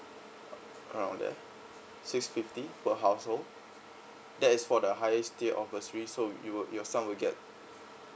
uh around there six fifty per household that is for the highest tier of bursary so you would your son will get